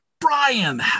Brian